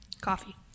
coffee